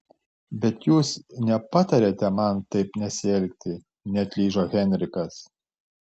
bet jūs nepatariate man taip nesielgti neatlyžo henrikas